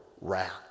wrath